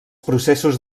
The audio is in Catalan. processos